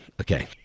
Okay